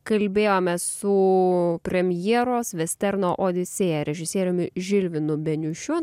kalbėjomės su premjeros vesterno odisėja režisieriumi žilvinu beniušiu